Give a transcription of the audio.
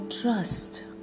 trust